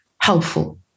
helpful